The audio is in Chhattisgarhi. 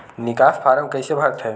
निकास फारम कइसे भरथे?